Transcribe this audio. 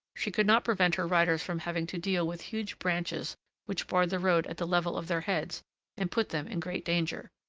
she could not prevent her riders from having to deal with huge branches which barred the road at the level of their heads and put them in great danger.